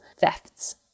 thefts